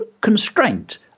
constraint